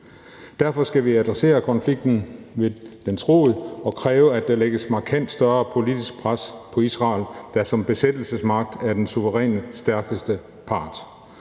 Derfor skal vi adressere konflikten ved dens rod og kræve, at der lægges markant større politisk pres på Israel, der som besættelsesmagt er den suverænt stærkeste part.